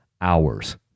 hours